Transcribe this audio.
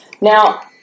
Now